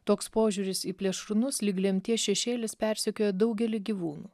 toks požiūris į plėšrūnus lyg lemties šešėlis persekioja daugelį gyvūnų